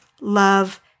love